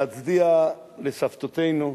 להצדיע לסבותינו,